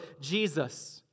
Jesus